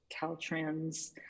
Caltrans